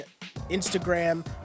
instagram